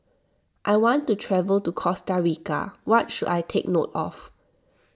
I want to travel to Costa Rica what should I take note of